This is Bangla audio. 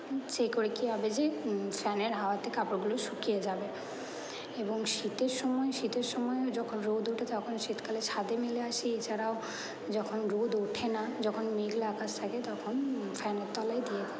সে করে কী হবে যে ফ্যানের হাওয়াতে কাপড়গুলো শুকিয়ে যাবে এবং শীতের সময় শীতের সময়ও যখন রোদ ওঠে তখন শীতকালে ছাদে মেলে আসি এছাড়াও যখন রোদ ওঠে না যখন মেঘলা আকাশ থাকে তখন ফ্যানের তলায় দিয়ে দিই